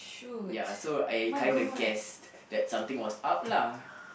ya so I kinda guessed that something was up lah